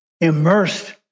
immersed